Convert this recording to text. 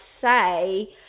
say